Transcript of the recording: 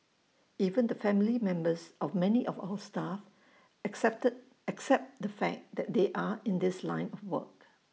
even the family members of many of our staff accept the fact that they are in this line of work